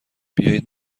بیایید